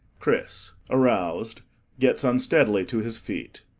chris aroused gets unsteadily to his feet.